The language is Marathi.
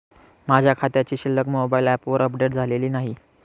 माझ्या खात्याची शिल्लक मोबाइल ॲपवर अपडेट झालेली नाही